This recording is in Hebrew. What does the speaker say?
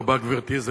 תודה רבה, גברתי.